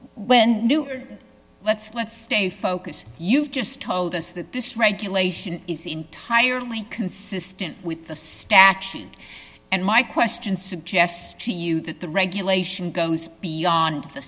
when let's let's stay focused you've just told us that this regulation is entirely consistent with the statute and my question suggests to you that the regulation goes beyond the